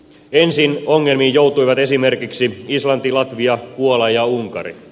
ensin ongelmiin joutuivat esimerkiksi islanti latvia puola ja unkari